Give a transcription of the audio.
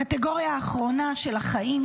הקטגוריה האחרונה של החיים,